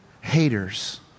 haters